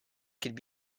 could